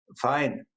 fine